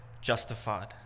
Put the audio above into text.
justified